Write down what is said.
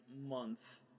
month